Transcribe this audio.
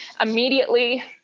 immediately